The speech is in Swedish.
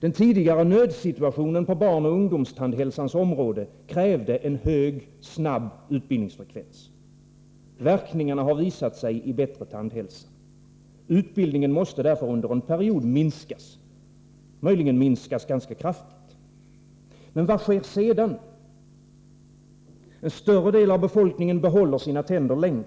Den tidigare nödsituationen på barnoch ungdomstandhälsans område krävde en hög och snabb utbildningsfrekvens. Verkningarna har visat sig i bättre tandhälsa. Utbildningen måste därför under en period minskas, möjligen minskas ganska kraftigt. Men vad sker sedan? En större del av befolkningen behåller sina tänder längre.